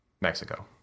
Mexico